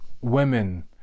women